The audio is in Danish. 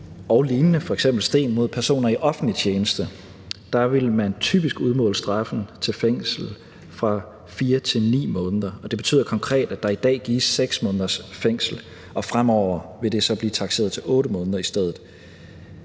og lignende, f.eks. sten, mod personer i offentlig tjeneste vil man typisk udmåle straffen til fængsel i fra 4 til 9 måneder. Det betyder konkret, at der i dag gives 6 måneders fængsel, og fremover vil det så blive takseret til 8 måneder i stedet.